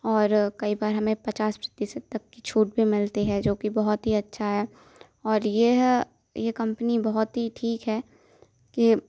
और कई बार हमें पचास प्रतिशत तक की छूट भी मिलती है जो कि बहुत ही अच्छा है और ये है ये कम्पनी बहुत ही ठीक है